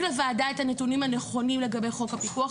לוועדה את הנתונים הנכונים לגבי חוק הפיקוח,